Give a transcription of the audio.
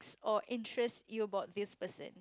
or interest you about this person